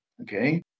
okay